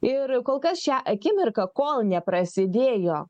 ir kol kas šią akimirką kol neprasidėjo